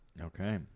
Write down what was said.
Okay